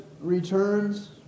returns